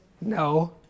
No